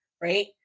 Right